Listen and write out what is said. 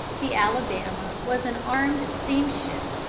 the alabama was an armed steam-ship,